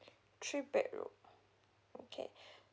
three bedroom okay